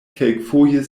kelkfoje